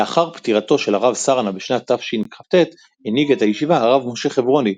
לאחר פטירתו של הרב סרנא בשנת תשכ"ט הנהיג את הישיבה הרב משה חברוני,